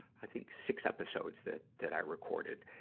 i think, six episodes that, that i recorded.